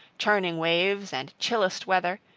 churning waves and chillest weather,